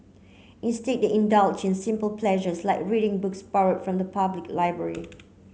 instead they indulge in simple pleasures like reading books borrowed from the public library